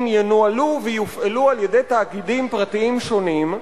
ינוהלו ויופעלו על-ידי תאגידים פרטיים שונים,